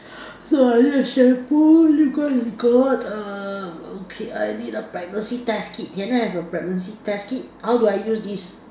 so I need a shampoo lip gloss got uh okay I need a pregnancy test kit can I have a pregnancy test kit how do I use this